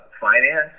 finance